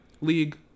league